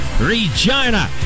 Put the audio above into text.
Regina